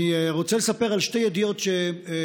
אני רוצה לספר על שתי ידיעות שהצטברו